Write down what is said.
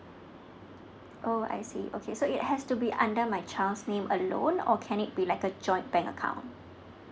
oh I see okay so it has to be under my child's name alone or can it be like a joint bank account